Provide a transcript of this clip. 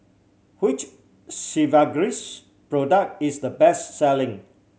which Sigvaris product is the best selling